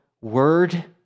word